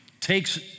takes